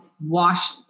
wash